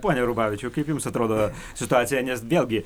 pone rubavičiau kaip jums atrodo situacija nes vėlgi